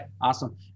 Awesome